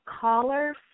Caller